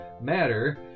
matter